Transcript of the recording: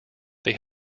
they